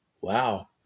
wow